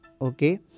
okay